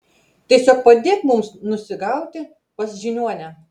tiesiog padėk mums nusigauti pas žiniuonę